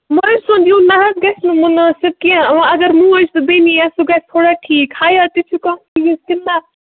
مٲلۍ سُنٛد یُن نَہ حظ گژھِ نہٕ مُنٲسِب کیٚنٛہہ وَ اگر موج تہٕ بیٚنہِ ییٖیَس سُہ گژھِ تھوڑا ٹھیٖک حیا تہِ چھُ کانٛہہ چیٖز کِنہٕ نہ